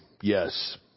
yes